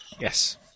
Yes